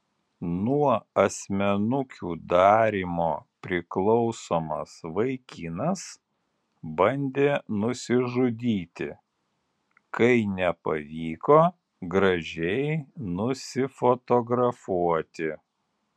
nuo asmenukių darymo priklausomas vaikinas bandė nusižudyti kai nepavyko gražiai nusifotografuoti